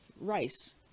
rice